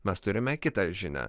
mes turime kitą žinią